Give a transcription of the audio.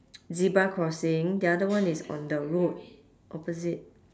zebra crossing the other one is on the road opposite